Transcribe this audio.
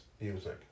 music